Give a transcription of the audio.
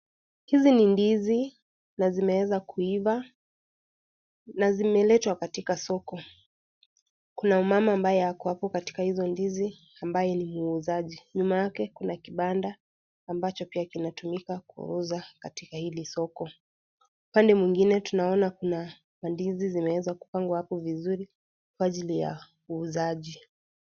Hizi ni ndizi na zimeweza kuiva na zimeletwa katika soko. Kuna mama ambaye ako katika izo ndizi ambaye ni muuzaji. Nyuma kuna kibanda ambacho pia kina tumika kuuza katika hili soko. Upande mwingine tunaona kuna mandizi ambazo zimeweza kupangwa vizuri kwa ajili ya uuzaji.